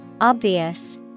Obvious